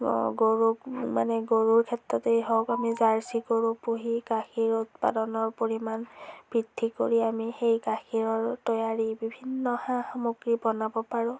গৰুক মানে গৰুৰ ক্ষেত্ৰততেই হওক আমি জাৰ্চি গৰু পুহি গাখীৰ উৎপাদনৰ পৰিমাণ বৃদ্ধি কৰি আমি সেই গাখীৰৰ তৈয়াৰী বিভিন্ন সা সামগ্ৰী বনাব পাৰোঁ